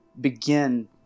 begin